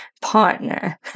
partner